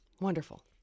Wonderful